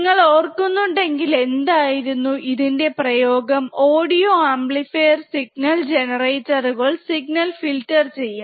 നിങ്ങൾ ഓർക്കുന്നുണ്ട് എങ്കിൽ എന്തായിരുന്നു ഇതിൻറെ പ്രയോഗം ഓഡിയോ ആംപ്ലിഫയർ സിഗ്നൽ ജനറേറ്ററുകൾ സിഗ്നൽ ഫിൽറ്റർ ചെയ്യും